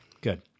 Good